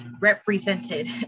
represented